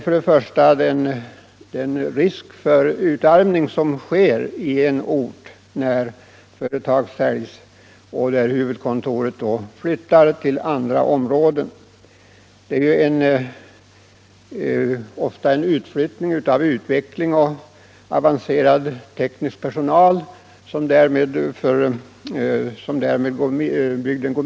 För det första gäller det risken för utarmning i en ort när företag säljs och huvudkontoren flyttar till andra områden. Då är det ofta fråga om utflyttning av utvecklings och avancerad teknisk personal, som bygden därmed går miste om.